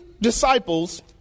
disciples